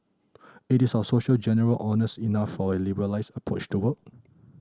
it is our society generally honest enough for a liberalised approach to work